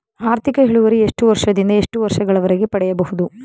ಆರ್ಥಿಕ ಇಳುವರಿ ಎಷ್ಟು ವರ್ಷ ದಿಂದ ಎಷ್ಟು ವರ್ಷ ಗಳವರೆಗೆ ಪಡೆಯಬಹುದು?